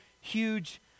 huge